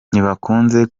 ntibakunze